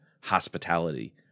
hospitality